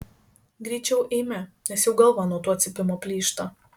greičiau eime nes jau galva nuo to cypimo plyšta